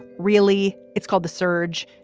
really? it's called the surge.